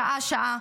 שעה-שעה,